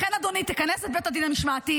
לכן אדוני, תכנס את בית הדין המשמעתי.